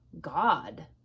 god